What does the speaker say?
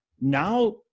Now